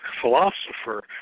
philosopher